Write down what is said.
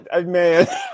man